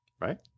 right